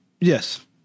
Yes